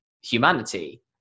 humanity